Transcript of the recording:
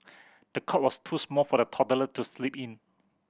the cot was too small for the toddler to sleep in